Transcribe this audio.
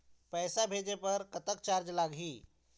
पैसा भेजे बर कतक चार्ज लगही?